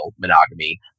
monogamy